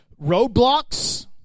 roadblocks